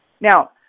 Now